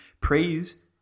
Praise